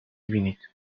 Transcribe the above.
بینید